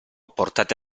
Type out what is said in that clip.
portate